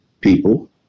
people